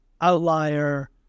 outlier